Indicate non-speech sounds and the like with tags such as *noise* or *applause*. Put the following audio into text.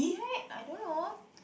*noise* I don't know